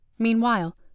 Meanwhile